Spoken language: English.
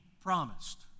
promised